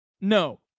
No